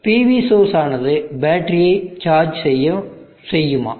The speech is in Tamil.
PV சோர்ஸ் ஆனது பேட்டரியை சார்ஜ் செய்யுமா